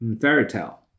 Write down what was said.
fairytale